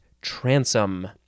transom